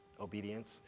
obedience